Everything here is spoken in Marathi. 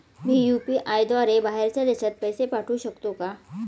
मी यु.पी.आय द्वारे बाहेरच्या देशात पैसे पाठवू शकतो का?